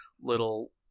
little